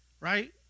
right